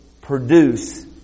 produce